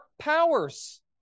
powers